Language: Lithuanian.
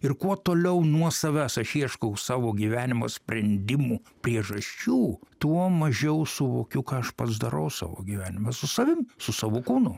ir kuo toliau nuo savęs aš ieškau savo gyvenimo sprendimų priežasčių tuo mažiau suvokiu ką aš pats darau savo gyvenime su savim su savo kūnu